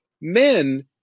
men